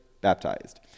baptized